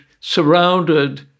surrounded